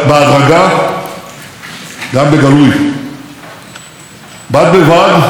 בד בבד אנו נכונים לחדש את המשא ומתן לשלום עם הרשות הפלסטינית.